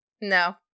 No